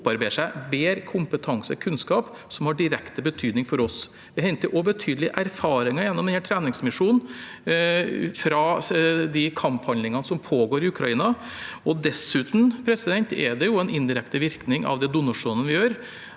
som opparbeider seg bedre kompetanse og kunnskap, noe som har direkte betydning for oss. Vi henter også betydelige erfaringer gjennom denne treningsmisjonen fra de kamphandlingene som pågår i Ukraina. Dessuten er det en indirekte virkning av de donasjonene vi gjør,